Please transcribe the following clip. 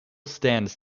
stands